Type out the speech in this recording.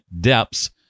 depths